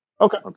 Okay